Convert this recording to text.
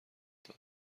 داد